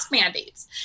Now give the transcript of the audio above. mandates